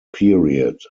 period